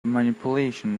manipulation